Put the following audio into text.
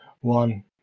one